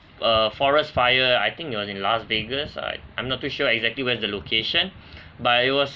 a forest fire I think it was in las vegas I I'm not to sure exactly where the location but it was